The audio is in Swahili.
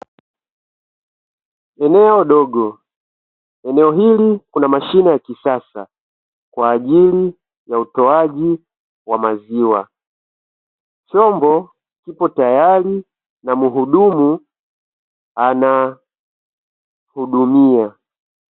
Eneo dogo; eneo hili kuna mashine ya kisasa kwa ajili ya utoaji wa maziwa, chombo kipo tayari na mhudumu anahudumia.